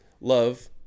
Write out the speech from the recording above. love